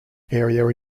area